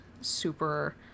super